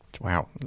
Wow